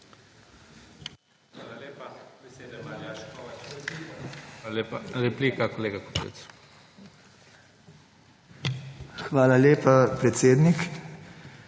Hvala lepa, predsednik.